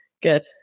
good